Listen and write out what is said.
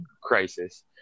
crisis